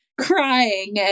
crying